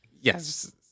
yes